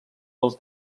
dels